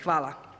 Hvala.